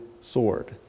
sword